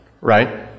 right